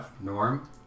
Norm